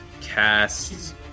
cast